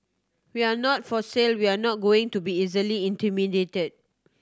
we're not for sale we're not going to be easily intimidated